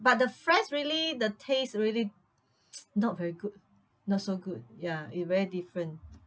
~ut the fries really the taste really not very good not so good ya it very different